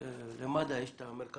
שלה נמצא